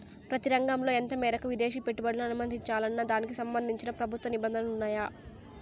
ప్రతి రంగంలో ఎంత మేరకు విదేశీ పెట్టుబడులను అనుమతించాలన్న దానికి సంబంధించి ప్రభుత్వ నిబంధనలు ఉన్నాయా?